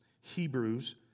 Hebrews